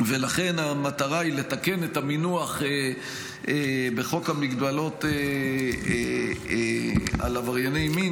ולכן המטרה היא לתקן את המינוח בחוק המגבלות על עברייני מין